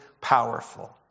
powerful